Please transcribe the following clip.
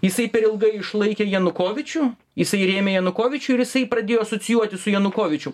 jisai per ilgai išlaikė janukovyčių jisai rėmė janukovyčių ir jisai pradėjo asocijuotis su janukovyčium